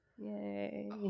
yay